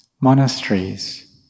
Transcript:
monasteries